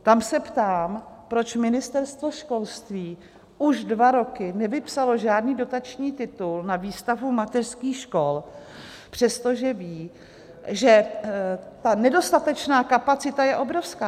Tam se ptám, proč Ministerstvo školství už dva roky nevypsalo žádný dotační titul na výstavbu mateřských škol, přestože ví, že ta nedostatečná kapacita je obrovská.